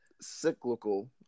cyclical –